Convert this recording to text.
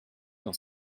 dans